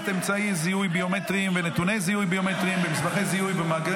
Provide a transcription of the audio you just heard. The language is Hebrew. -- ונתוני זיהוי ביומטריים במסמכי זיהוי במאגר